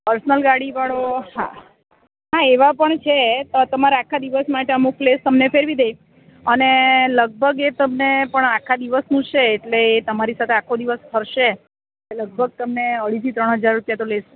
personal ગાડી વાળો હા એવા પણ છે તો તમારે આખા દિવસ માટે અમુક પ્લેસ તમને ફેરવી દઇશ અને લગભગ એ તમને પણ આખા દિવસનું છે એટલે એ તમારી સાથે આખો દિવસ ફરશે લગભગ તમને અઢીથી ત્રણ હજાર રૂપિયા તો લેશે